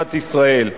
במדינת ישראל.